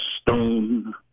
stone